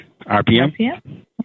RPM